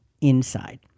inside